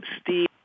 Steve